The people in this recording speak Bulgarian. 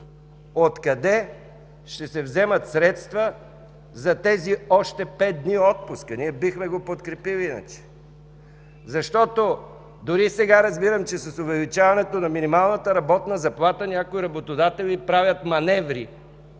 труда ще се вземат средства за още пет дни отпуск? Ние бихме го подкрепили иначе. Дори сега разбирам, че с увеличаването на минималната работна заплата някои работодатели правят маневри